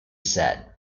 said